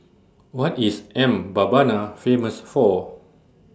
What IS Mbabana Famous For